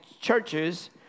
churches